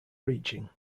reaching